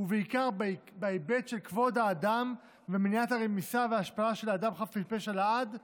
ובעיקר בהיבט של כבוד האדם ומניעת רמיסה והשפלה של אדם חף מפשע לעד.